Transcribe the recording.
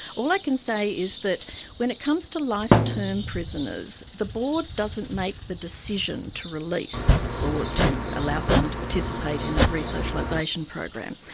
all i can say is that when it comes to life-term prisoners, the board doesn't make the decision to release or to allow someone to participate in a re-socialisation program.